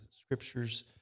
scriptures